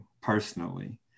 personally